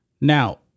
Now